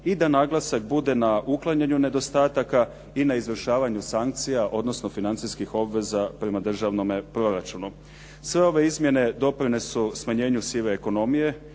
i da naglasak bude na uklanjanju nedostataka i na izvršavanju sankcija, odnosno financijskih obveza prema državnome proračunu. Sve ove izmjene doprinijele su smanjenju sive ekonomije